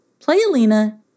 Playalina